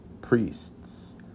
priests